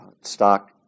stock